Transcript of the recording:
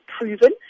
proven